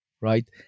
right